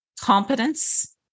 competence